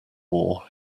war